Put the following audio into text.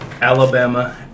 Alabama